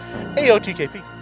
AOTKP